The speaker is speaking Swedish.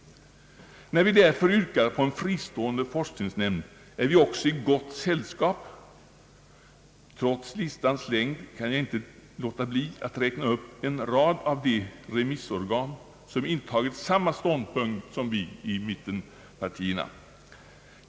När vi därför yrkar på en fristående forskningsnämnd, är vi i gott sällskap. Trots listans längd kan jag inte låta bli att räkna upp en rad av de remissorgan som har intagit samma ståndpunkt som vi.